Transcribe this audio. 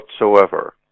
whatsoever